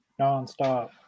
nonstop